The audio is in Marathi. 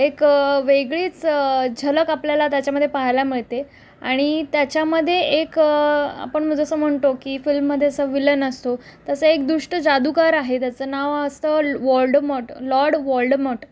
एक वेगळीच झलक आपल्याला त्याच्यामध्ये पाहायला मिळते आणि त्याच्यामध्ये एक आपण जसं म्हणतो की फिल्ममध्ये असं विलन असतो तसं एक दुष्ट जादूगार आहे त्याचं नाव असतं वॉर्ल्डमॉट लॉर्ड वॉर्ल्डमॉट